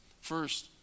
First